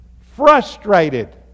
Frustrated